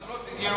התלונות הגיעו,